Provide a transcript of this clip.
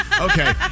Okay